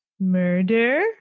Murder